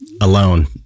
alone